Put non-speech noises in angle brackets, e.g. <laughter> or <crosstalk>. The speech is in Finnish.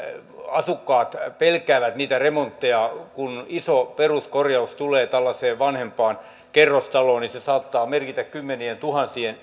asukkaat pelkäävät niitä remontteja kun iso peruskorjaus tulee vanhempaan kerrostaloon niin se saattaa merkitä kymmenientuhansien <unintelligible>